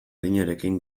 adinarekin